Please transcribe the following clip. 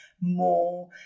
more